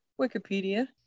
Wikipedia